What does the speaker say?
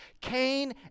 cain